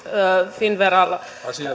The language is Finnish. finnveran